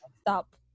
Stop